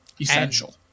essential